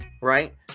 right